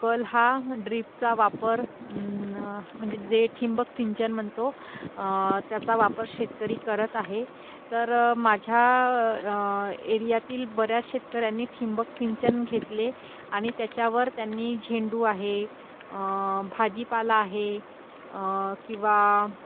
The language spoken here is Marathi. कल हा ड्रीपचा वापर न म्हणजे जे ठिबक सिंचन म्हणतो त्याचा वापर शेतकरी करत आहे तर माझ्या एरियातील बऱ्याच शेतकऱ्यांनी ठिबक सिंचन घेतले आणि त्याच्यावर त्यांनी झेंडू आहे भाजीपाला आहे किंवा